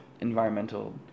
environmental